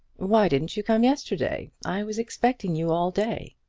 why didn't you come yesterday? i was expecting you all day.